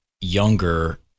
younger